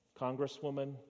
congresswoman